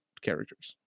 characters